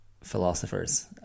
philosophers